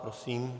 Prosím.